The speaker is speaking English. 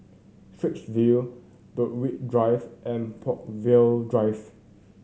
Straits View Berwick Drive and Brookvale Drive